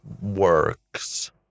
works